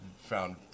found